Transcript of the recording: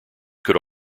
could